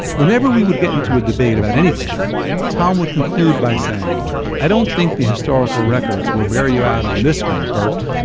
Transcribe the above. whenever we would get into a debate about anything, and tom would conclude by saying i don't think the historical records will bear you out on this one, bert.